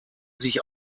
sich